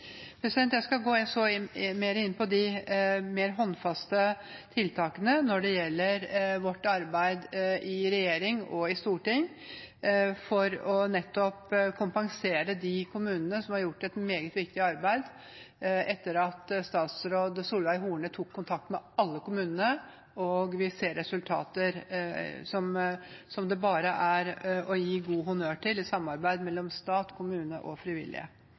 Jeg skal gå mer inn på de mer håndfaste tiltakene når det gjelder vårt arbeid i regjering og i storting, for nettopp å kompensere de kommunene som har gjort et meget viktig arbeid etter at statsråd Solveig Horne tok kontakt med alle kommunene. Vi ser resultater. Det bare må gis stor honnør for samarbeidet mellom stat, kommune og frivillige.